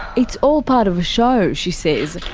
it's all part of a show, she says,